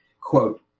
quote